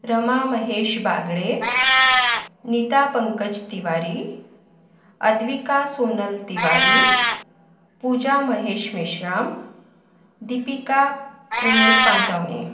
Rama Mahesh Bagde Neeta Pankaj Tiwari Advika Sonal Tiwari Pooja Mahesh Meshram Deepika Umesh Pantawane